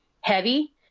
heavy